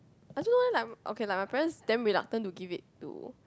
I don't know eh like okay like my parents damn reluctant to give it to